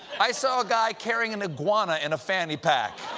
i saw a guy carrying an iguana in a fanny pack.